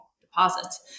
deposits